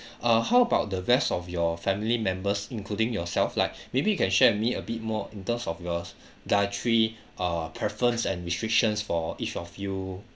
uh how about the rest of your family members including yourself like maybe you can share with me a bit more in terms of yours dietary uh preference and restrictions for each of you